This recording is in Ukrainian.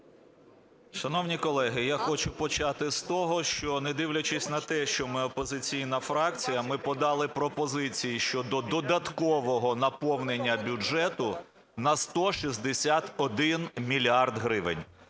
Шановні колеги, я хочу почати з того, що, не дивлячись на те, що ми опозиційна фракція, ми подали пропозиції щодо додаткового наповнення бюджету на 161 мільярд гривень.